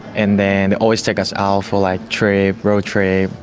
and then they always take us out for like trip, road trip,